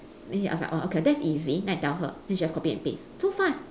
then she ask orh okay that's easy then I tell her then she just copy and paste so fast